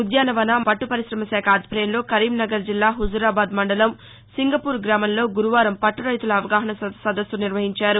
ఉద్యానవన పట్టపరిశమ శాఖ ఆధ్వర్యంలో కరీంనగర్ జిల్లా హుజూరాబాద్ మండలం సింగపూర్ గ్రామంలో గురువారం పట్ట రైతుల అవగాహన సదస్సు నిర్వహించారు